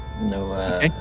no